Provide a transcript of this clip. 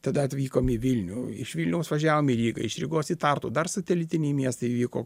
tada atvykom į vilnių iš vilniaus važiavom į rygą iš rygos į tartu dar satelitiniai miestai įvyko